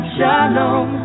Shalom